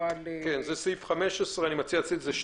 כן, זה סעיף 15. אני מציע --- 2: